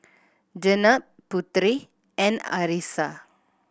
Jenab Putri and Arissa